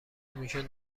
میشد